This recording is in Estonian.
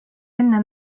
enne